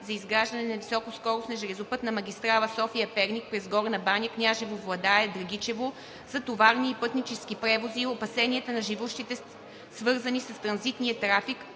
за изграждане на високоскоростна железопътна магистрала София – Перник през Горна баня, Княжево, Владая, Драгичево за товарни и пътнически превози и опасенията на живущите, свързани с транзитния трафик,